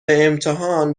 امتحان